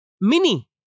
mini